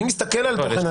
אני מסתכל על תוכן הסעיף.